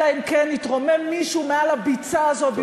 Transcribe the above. אלא אם כן יתרומם מישהו מעל הביצה הזאת,